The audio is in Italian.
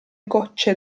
goccie